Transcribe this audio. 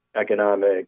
economic